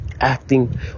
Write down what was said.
acting